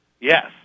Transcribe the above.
Yes